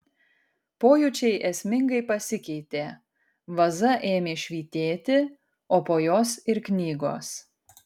pojūčiai esmingai pasikeitė vaza ėmė švytėti o po jos ir knygos